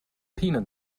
peanut